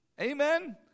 Amen